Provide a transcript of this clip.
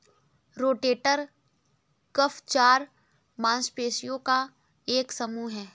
rotator cuff चार मांसपेशियों का एक समूह है